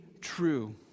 true